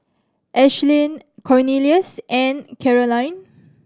Ashleigh Cornelious and Caroline